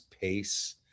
pace